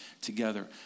together